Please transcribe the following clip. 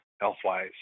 health-wise